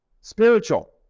Spiritual